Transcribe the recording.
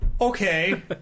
okay